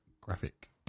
graphic